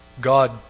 God